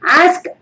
ask